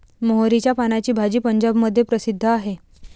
मोहरीच्या पानाची भाजी पंजाबमध्ये प्रसिद्ध आहे